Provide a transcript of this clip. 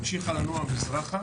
המשיכה לנוע מזרחה